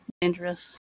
dangerous